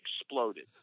exploded